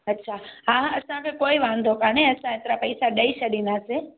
अच्छा हा हा असांखे कोई वांदो कान्हे असां हेतिरा पैसा ॾेई छॾींदासीं